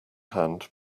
hand